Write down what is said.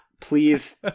please